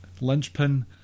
linchpin